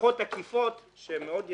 השלכות עקיפות שהן מאוד ישירות,